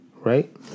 Right